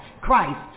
Christ